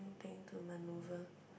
to maneouvre